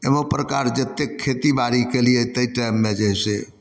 एवम प्रकार जते खेतीबाड़ी केलियै ताहि टाइममे जे है से